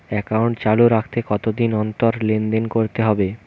Account চালু রাখতে কতদিন অন্তর লেনদেন করতে হবে?